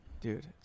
dude